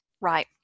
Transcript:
Right